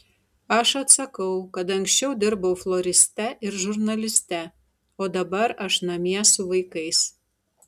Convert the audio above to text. aš atsakau kad anksčiau dirbau floriste ir žurnaliste o dabar aš namie su vaikais